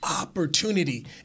opportunity